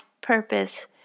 purpose